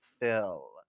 fill